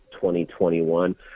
2021